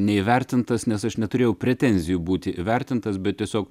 neįvertintas nes aš neturėjau pretenzijų būti įvertintas bet tiesiog